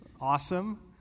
awesome